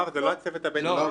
לא, אבל זה לא הצוות הבית ספרי.